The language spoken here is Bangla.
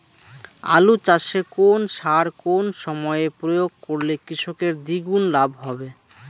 আলু চাষে কোন সার কোন সময়ে প্রয়োগ করলে কৃষকের দ্বিগুণ লাভ হবে?